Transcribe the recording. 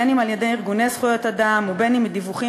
אם על-ידי ארגוני זכויות אדם ואם מדיווחים